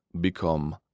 become